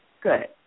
Good